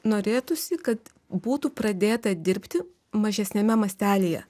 norėtųsi kad būtų pradėta dirbti mažesniame mastelyje